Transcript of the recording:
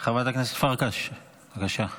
חברת הכנסת פרקש, בבקשה.